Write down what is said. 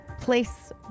place